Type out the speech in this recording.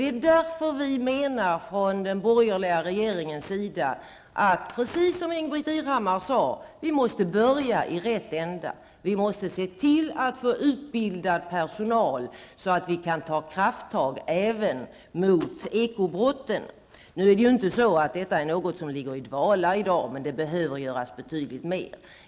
Det är därför som vi från den borgerliga regeringen menar att, precis som Ingbritt Irhammar sade, vi måste börja i rätt ände, vi måste se till att få fram utbildad personal, så att vi kan ta krafttag även mot ekobrotten. Detta är emellertid inte något som ligger i dvala i dag, men det behöver göras betydligt mer.